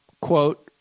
quote